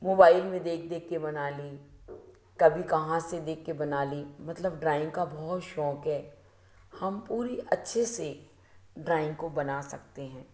mobile में देख देखके बना ली कभी कहाँ से देखके बना ली मतलब ड्राइंग का बहुत शोक़ है हम पूरी अच्छे से ड्राइंग को बना सकते हैं